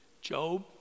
job